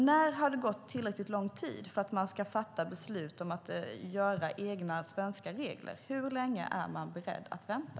När har det gått tillräckligt lång tid för att man ska fatta beslut om att ta fram egna svenska regler? Hur länge är man beredd att vänta?